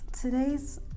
today's